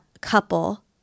couple